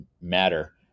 matter